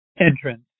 entrance